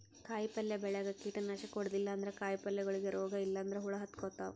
ಕಾಯಿಪಲ್ಯ ಬೆಳ್ಯಾಗ್ ಕೀಟನಾಶಕ್ ಹೊಡದಿಲ್ಲ ಅಂದ್ರ ಕಾಯಿಪಲ್ಯಗೋಳಿಗ್ ರೋಗ್ ಇಲ್ಲಂದ್ರ ಹುಳ ಹತ್ಕೊತಾವ್